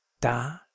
Da